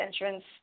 entrance